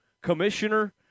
commissioner